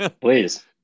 Please